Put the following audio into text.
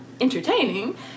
entertaining